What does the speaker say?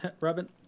Robin